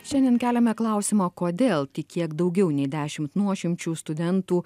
šiandien keliame klausimą kodėl tik kiek daugiau nei dešimt nuošimčių studentų